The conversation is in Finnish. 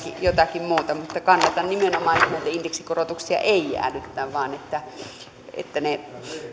jotakin muuta kannatan nimenomaan sitä että näitä indeksikorotuksia ei jäädytetä vaan että että ne